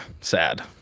sad